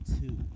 two